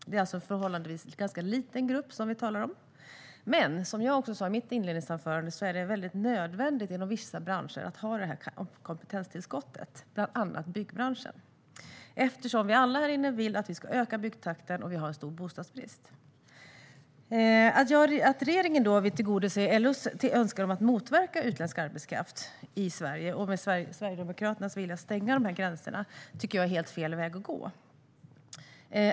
Det är alltså en förhållandevis ganska liten grupp vi talar om, men som jag också sa i mitt anförande är det inom vissa branscher nödvändigt att ha detta kompetenstillskott. Det gäller bland annat byggbranschen. Alla vi här inne vill ju att byggtakten ska ökas, då vi har en stor bostadsbrist. Att regeringen då vill tillgodose LO:s önskan om att motverka utländsk arbetskraft i Sverige och att man inom Sverigedemokraterna är villig att stänga gränserna tycker jag är helt fel väg att gå.